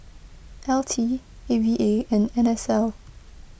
L T A V A and N S L